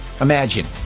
Imagine